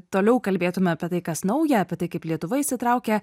toliau kalbėtume apie tai kas nauja apie tai kaip lietuva įsitraukia